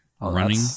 running